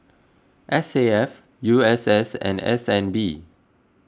S A F U S S and S N B